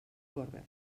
corre